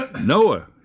Noah